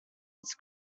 its